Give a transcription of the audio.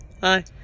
Hi